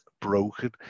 broken